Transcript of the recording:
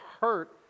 hurt